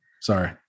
Sorry